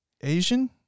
Asian